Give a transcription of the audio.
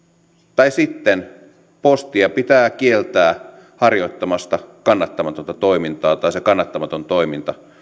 tai sitten postia pitää kieltää harjoittamasta kannattamatonta toimintaa tai se kannattamaton toiminta